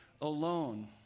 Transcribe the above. alone